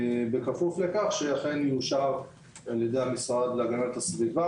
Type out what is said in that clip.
בכפוף לכך שזה אכן יאושר על ידי המשרד להגנת הסביבה,